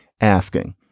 asking